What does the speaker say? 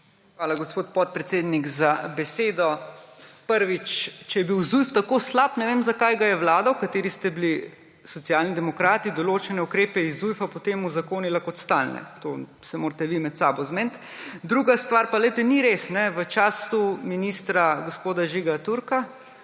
Hvala, gospod podpredsednik, za besedo. Prvič, če je bil Zujf tako slab, ne vem, zakaj je vlada, v kateri ste bili Socialni demokrati, določene ukrepe iz Zujfa potem uzakonila kot stalne. To se morate vi med sabo zmeniti. Druga stvar pa, glejte, ni res, v času ministra gospoda Žiga Turka